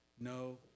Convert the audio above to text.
No